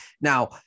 now